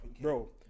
Bro